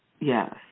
yes